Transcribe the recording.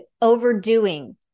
overdoing